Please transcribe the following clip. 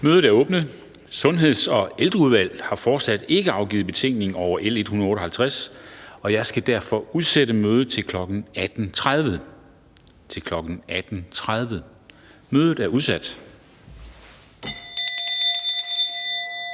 Mødet er åbnet. Sundheds- og Ældreudvalget har fortsat ikke afgivet betænkning over L 158, og jeg skal derfor udsætte mødet til kl. 18.30. Mødet er udsat.